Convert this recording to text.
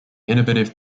innovative